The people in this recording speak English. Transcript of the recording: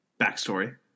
backstory